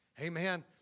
Amen